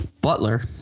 Butler